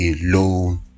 alone